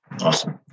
Awesome